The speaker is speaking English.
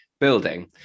Building